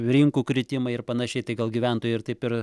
rinkų kritimą ir panašiai tai gal gyventojai ir taip ir